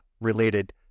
related